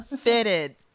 fitted